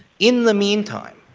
in the meantime,